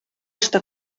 està